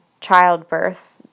childbirth